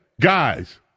guys